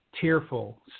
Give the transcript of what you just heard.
tearful